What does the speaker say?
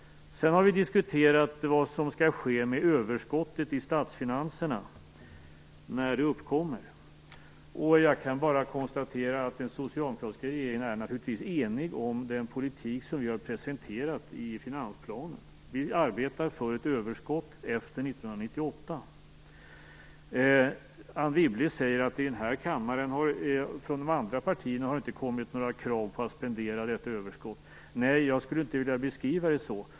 Vi har diskuterat vad som skall ske med överskottet i statsfinanserna när det uppkommer. Jag kan bara konstatera att den socialdemokratiska regeringen naturligtvis är enig om den politik som vi har presenterat i finansplanen. Vi arbetar för ett överskott efter Anne Wibble sade att det inte har kommit några krav på att spendera detta överskott från de andra partierna. Nej, jag skulle inte vilja beskriva det så.